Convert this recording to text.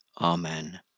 Amen